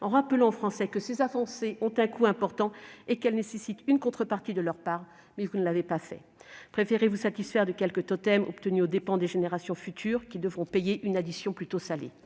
en rappelant aux Français que ces avancées ont un coût important et qu'elles nécessitent une contrepartie de leur part, mais vous ne l'avez pas fait. Vous préférez vous satisfaire de quelques totems obtenus aux dépens des générations futures, qui devront payer une addition plutôt salée.